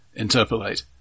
interpolate